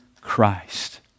Christ